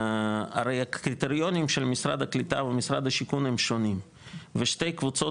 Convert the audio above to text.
הרי הקריטריונים של משרד הקליטה ומשרד השיכון הם שונים ושתי קבוצות